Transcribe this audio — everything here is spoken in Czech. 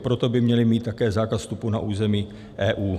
Proto by měli mít také zákaz vstupu na území EU.